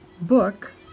Book